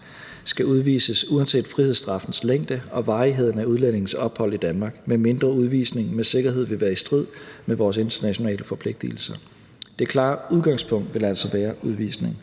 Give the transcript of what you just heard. skal udvises uanset frihedsstraffens længde og varigheden af udlændingens ophold i Danmark, medmindre udvisningen med sikkerhed vil være i strid med vores internationale forpligtigelser. Det klare udgangspunkt vil altså være udvisning.